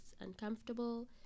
uncomfortable